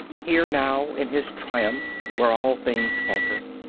here now in his triumph where all things falter,